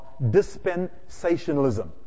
dispensationalism